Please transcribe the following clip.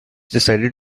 decided